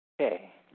Okay